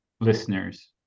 listeners